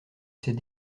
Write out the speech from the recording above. ses